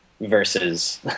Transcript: versus